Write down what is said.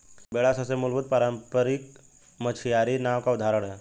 बेड़ा सबसे मूलभूत पारम्परिक मछियारी नाव का उदाहरण है